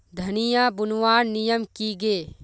धनिया बूनवार नियम की गे?